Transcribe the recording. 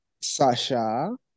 Sasha